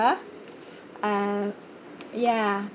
uh ya